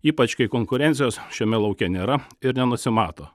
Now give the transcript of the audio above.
ypač kai konkurencijos šiame lauke nėra ir nenusimato